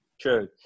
True